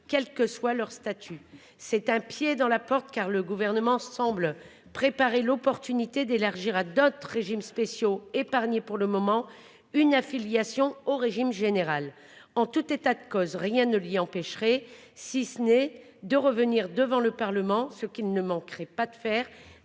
quel que soit leur statut. C'est un pied dans la porte car le gouvernement semble préparer l'opportunité d'élargir à d'autres régimes spéciaux épargnés pour le moment une affiliation au régime général. En tout état de cause rien ne lie empêcherez si ce n'est de revenir devant le Parlement, ce qui ne manquerait pas de faire